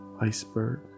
iceberg